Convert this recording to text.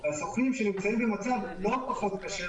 והסוכנים שנמצאים במצב לא פחות קשה,